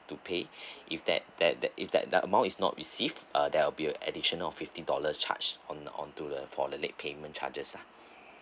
to pay if that that that if that that amount is not received uh there will be additional fifty dollar charge on onto the for the late payment charges lah